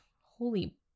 holy